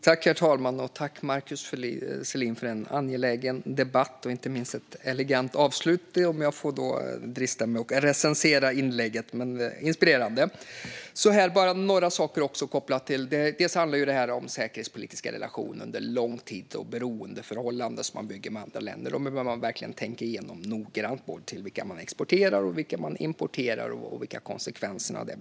Herr talman! Tack, Markus Selin, för en angelägen debatt och inte minst ett elegant avslut, om jag får drista mig till att recensera inlägget. Det var inspirerande. Jag vill säga ytterligare några saker kopplat till detta. Det handlar dels om säkerhetspolitiska relationer under lång tid samt beroendeförhållanden som man bygger med andra länder. Det behöver man verkligen tänka igenom noggrant, både vilka man exporterar till och importerar från och vilka konsekvenser det får.